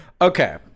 okay